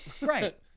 Right